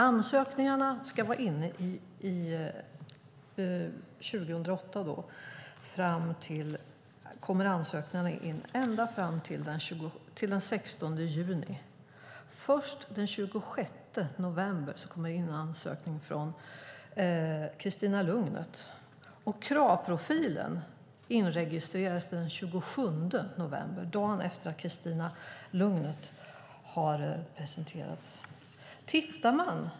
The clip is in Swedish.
År 2008 kommer ansökningarna in ända fram till den 16 juni. Först den 26 november kommer en ansökan från Christina Lugnet. Kravprofilen inregistreras den 27 november - dagen efter Christina Lugnets ansökan.